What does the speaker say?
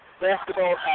basketball